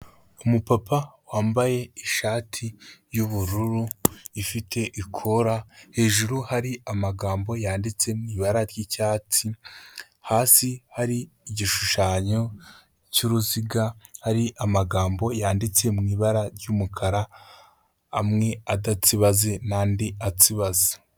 Umupapa wambaye ishati y'ubururu ifite ikora, hejuru hari amagambo yanditse mu ibara ry'icyatsi; hasi hari igishushanyo cy'uruziga, hari amagambo yanditse mu ibara ry'umukara amwe adatsibaze n'andi atsibaze.